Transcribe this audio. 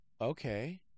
okay